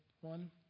one